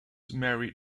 married